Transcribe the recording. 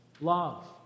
love